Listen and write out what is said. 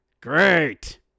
Great